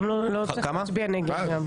גם לא צריך להצביע נגד.